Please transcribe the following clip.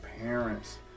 parents